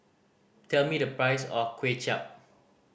tell me the price of Kway Chap